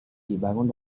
dibangun